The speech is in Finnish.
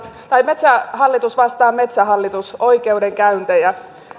metsähallitus vastaan metsähallitus oikeudenkäyntejä